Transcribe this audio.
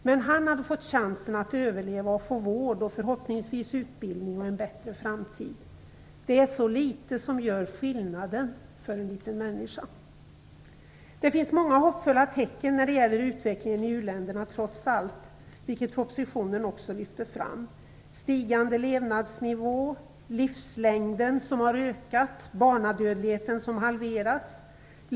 Men han hade fått chansen att överleva och få vård och förhoppningsvis utbildning och en bättre framtid. Det är så litet som gör skillnaden för en liten människa. Det finns många hoppfulla tecken när det gäller utvecklingen i u-länderna trots allt, vilket också lyfts fram i propositionen: stigande levnadsnivå, livslängden som har ökat och barnadödligheten som har halverats.